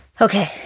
Okay